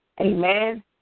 amen